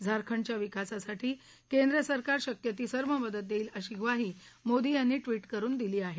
झारखंडच्या विकासासाठी केंद्रसरकार शक्य ती सर्व मदत देईल अशी ग्वाही मोदी यांनी ट्विट करुन दिली आहे